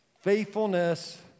Faithfulness